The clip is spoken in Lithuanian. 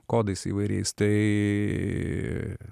kodais įvairiais tai